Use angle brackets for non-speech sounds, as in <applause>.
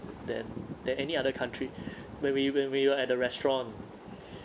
than than any other country <breath> when we when we were at the restaurant